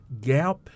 gap